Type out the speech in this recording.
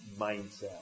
mindset